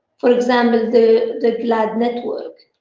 for example, the the glaad network,